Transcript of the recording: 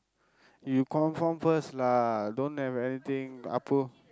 you confirm first lah don't have anything Appu